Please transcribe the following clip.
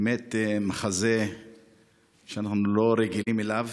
באמת מחזה שאנחנו לא רגילים אליו,